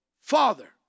Father